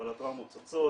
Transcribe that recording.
אבל הטראומות צצות,